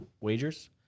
wagers